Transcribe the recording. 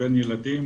ילדים,